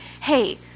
hey